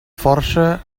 força